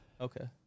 Okay